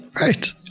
right